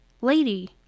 Lady